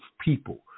people